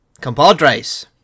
compadres